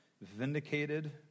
vindicated